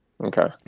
Okay